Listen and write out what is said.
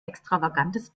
extravagantes